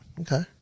Okay